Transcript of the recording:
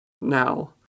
Now